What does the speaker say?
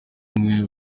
umwe